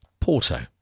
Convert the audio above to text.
Porto